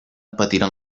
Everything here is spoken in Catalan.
patiren